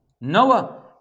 noah